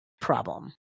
problem